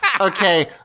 okay